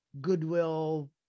goodwill